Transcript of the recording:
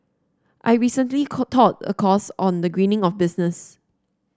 I recently taught a course on the greening of business